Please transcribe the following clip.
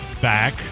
back